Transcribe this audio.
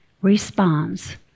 responds